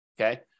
okay